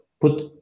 Put